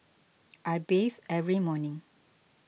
I bathe every morning